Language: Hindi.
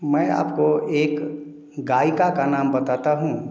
मैं आपको एक गायिका का नाम बताता हूँ